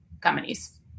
companies